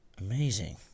Amazing